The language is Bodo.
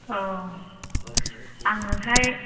औ आङोहाय